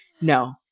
No